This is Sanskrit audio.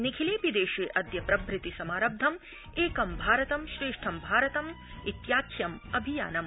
निखिलेऽपि देशे अद्य प्रभृति समारब्धम् एक भारतं श्रेष्ठं भारतम् इत्याख्यम् अभियानम्